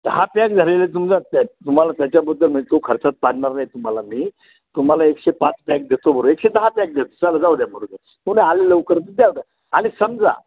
दहा पॅक झालेले तुमचा त्या तुम्हाला त्याच्याबद्दल मग तो खर्च पाडणार नाही तुम्हाला मी तुम्हाला एकशे पाच पॅक देतो बरं एकशे दहा पॅक देतो चला जाऊ द्या मरू द्या कोण आले लवकर तर द्या त्यांना आणि समजा